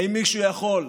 האם מישהו יכול,